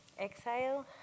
exhale